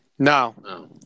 No